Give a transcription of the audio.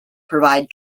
provide